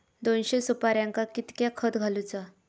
दोनशे सुपार्यांका कितक्या खत घालूचा?